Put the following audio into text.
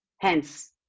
hence